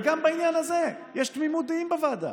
וגם בעניין הזה יש תמימות דעים בוועדה